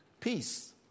peace